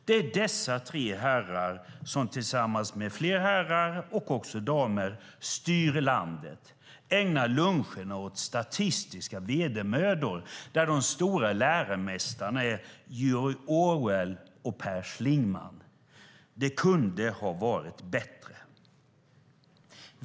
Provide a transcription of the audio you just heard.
Det är dessa tre herrar som tillsammans med flera herrar och också damer styr landet och ägnar luncherna åt statistiska vedermödor där de stora läromästarna är George Orwell och Per Schlingmann. Det kunde ha varit bättre.